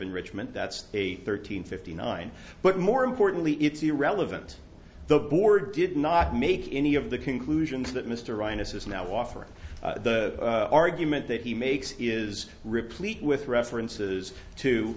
enrichment that's a thirteen fifty nine but more importantly it's irrelevant the board did not make any of the inclusions that mr wryness is now offering the argument that he makes is replete with references to